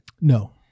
No